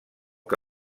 que